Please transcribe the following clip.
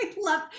love